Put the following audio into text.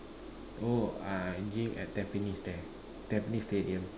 oh I gym at Tampines there Tampines stadium